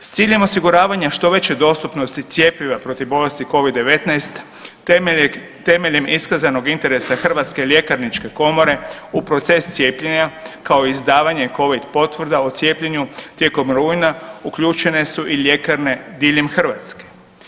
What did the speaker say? S ciljem osiguravanja što veće dostupnosti cjepiva protiv bolesti Covid-19 temeljem iskazanog interesa Hrvatske ljekarničke komore u proces cijepljenja, kao i izdavanja Covid potvrda o cijepljenju tijekom rujna uključene su i ljekarne diljem Hrvatske.